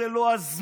זה לא הזמן,